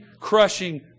crushing